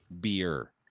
beer